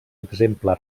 exemple